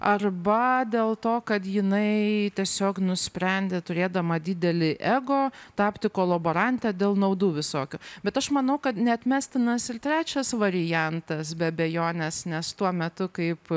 arba dėl to kad jinai tiesiog nusprendė turėdama didelį ego tapti kolaborante dėl naudų visokių bet aš manau kad neatmestinas ir trečias variantas be abejonės nes tuo metu kaip